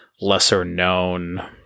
lesser-known